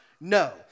No